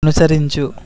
అనుసరించు